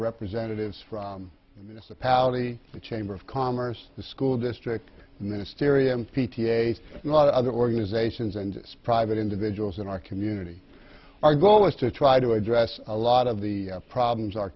representatives from the palli the chamber of commerce the school district mysterians p t a not other organizations and private individuals in our community our goal is to try to address a lot of the problems